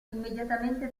immediatamente